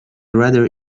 rather